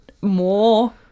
more